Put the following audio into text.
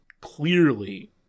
clearly